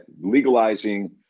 legalizing